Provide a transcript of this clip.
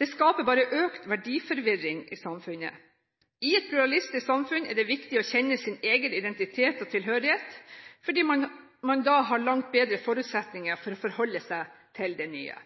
Det skaper bare økt verdiforvirring i samfunnet. I et pluralistisk samfunn er det viktig å kjenne sin egen identitet og tilhørighet, fordi man da har langt bedre forutsetninger for å forholde seg til det nye.